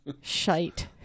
shite